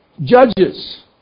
judges